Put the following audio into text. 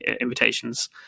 invitations